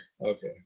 Okay